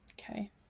Okay